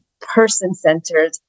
person-centered